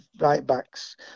right-backs